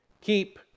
keep